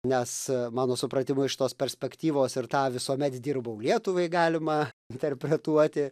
nes mano supratimu iš tos perspektyvos ir tą visuomet dirbau lietuvai galima interpretuoti